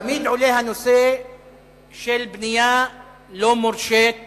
תמיד עולה הנושא של בנייה לא מורשית